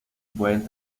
pueden